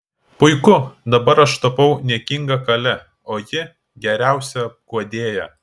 puiku dabar aš tapau niekinga kale o ji geriausia guodėja